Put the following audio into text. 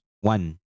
one